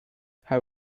how